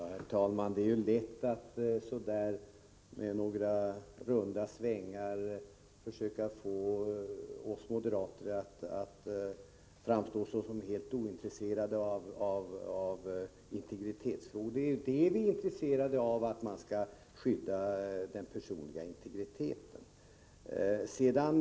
Herr talman! Det är ju lätt att med några runda svängar försöka få oss moderater att framstå som helt ointresserade av integritetsfrågor. Men vad vi är intresserade av är just att den personliga integriteten skall skyddas.